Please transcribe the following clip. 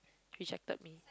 rejected me